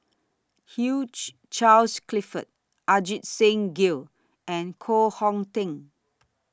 Hugh Charles Clifford Ajit Singh Gill and Koh Hong Teng